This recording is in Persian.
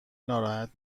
ناراحت